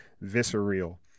visceral